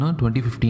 2015